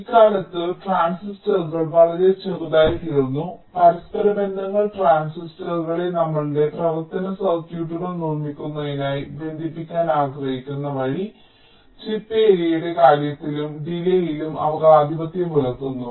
ഇക്കാലത്ത് ട്രാൻസിസ്റ്ററുകൾ വളരെ ചെറുതായിത്തീർന്നു പരസ്പരബന്ധങ്ങൾ ട്രാൻസിസ്റ്ററുകളെ നമ്മുടെ പ്രവർത്തന സർക്യൂട്ടുകൾ നിർമ്മിക്കുന്നതിനായി ബന്ധിപ്പിക്കാൻ ആഗ്രഹിക്കുന്ന വഴി ചിപ്പ് ഏരിയയുടെ കാര്യത്തിലും ഡിലേയ് ലും അവർ ആധിപത്യം പുലർത്തുന്നു